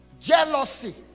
jealousy